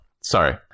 sorry